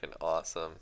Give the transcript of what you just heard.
awesome